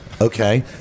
Okay